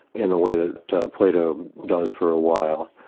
in the way that plato does for a while,